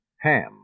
Ham